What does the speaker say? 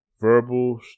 Verbal